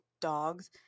dogs